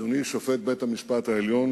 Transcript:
אדוני שופט בית-המשפט העליון